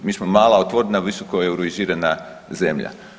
Mi smo mala, otvorena visokoeuroizirana zemlja.